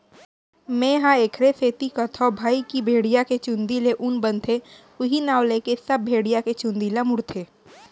मेंहा एखरे सेती कथौं भई की भेड़िया के चुंदी ले ऊन बनथे उहीं नांव लेके सब भेड़िया के चुंदी ल मुड़थे